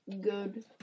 Good